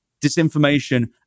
Disinformation